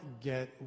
get